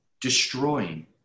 destroying